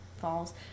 falls